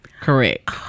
correct